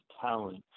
talent